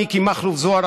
מיקי מכלוף זוהר,